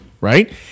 right